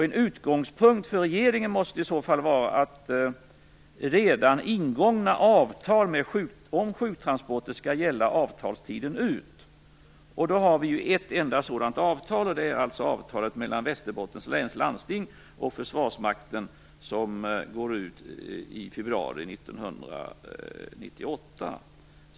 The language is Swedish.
En utgångspunkt för regeringen måste i så fall vara att redan ingångna avtal om sjuktransporter skall gälla avtalstiden ut. Vi har ett enda sådant avtal, mellan Västerbottens läns landsting och Försvarsmakten, som går ut i februari 1998.